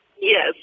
Yes